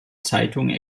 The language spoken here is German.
zeitungen